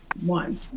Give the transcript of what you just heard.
one